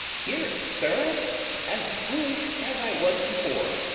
here, sir as foolish as i was before.